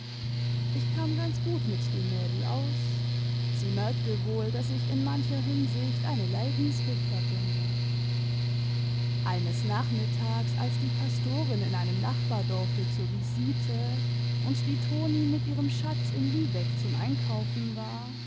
ich kam ganz gut mit dem mädel aus sie merkte wohl daß ich in mancher hinsicht eine leidensgefährtin war eines nachmittags als die pastorin in einem nachbardorfe zur visite und die toni mit ihrem schatz in lübeck zum einkaufen war